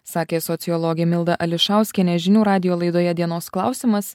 sakė sociologė milda ališauskienė žinių radijo laidoje dienos klausimas